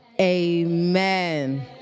amen